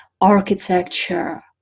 architecture